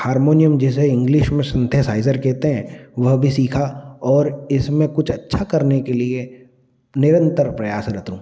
harmonium जैसे English में synthesiser कहते हैं वह भी सीखा और इसमें कुछ अच्छा करने के लिए निरंतर प्रयासरत हूँ